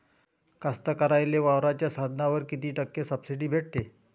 कास्तकाराइले वावराच्या साधनावर कीती टक्के सब्सिडी भेटते?